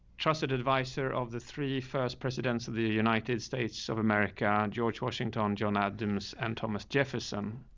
trusted advisor of the three first presidents of the united states of america, george washington, john adams, and thomas jefferson.